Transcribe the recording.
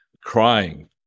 crying